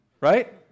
right